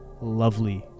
lovely